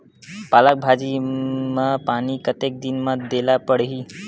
पालक भाजी म पानी कतेक दिन म देला पढ़ही?